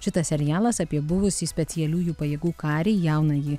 šitas serialas apie buvusį specialiųjų pajėgų karį jaunąjį